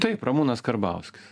taip ramūnas karbauskis